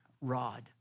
rod